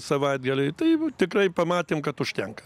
savaitgalį tai tikrai pamatėm kad užtenka